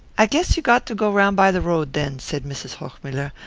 i guess you got to go round by the road, then, said mrs. hochmuller.